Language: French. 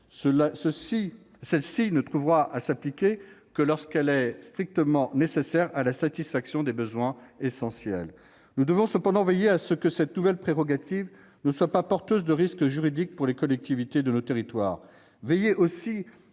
Celle-ci ne trouvera à s'appliquer que lorsqu'elle est strictement nécessaire à la satisfaction des besoins essentiels de la population. Nous devons cependant veiller à ce que cette nouvelle prérogative ne soit pas porteuse de risques juridiques pour les collectivités de nos territoires, mais aussi à ce que les collectivités